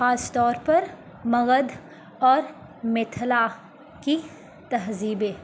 خاص طور پر مگدھ اور متھلا کی تہذیبیں